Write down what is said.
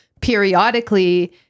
periodically